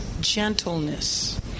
gentleness